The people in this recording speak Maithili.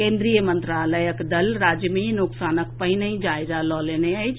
केन्द्रीय मंत्रालयक दल राज्य मे नोकसानक पहिनहिं जायजा लऽ नेने अछि